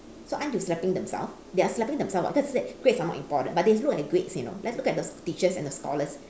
so aren't you slapping themselves they are slapping themselves [what] cause they said grades are not important but they look at grades you know let's look at the teachers and the scholars